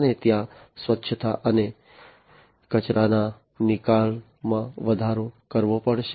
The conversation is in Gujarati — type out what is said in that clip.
અને ત્યાં સ્વચ્છતા અને કચરાના નિકાલમાં વધારો કરવો પડશે